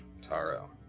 Taro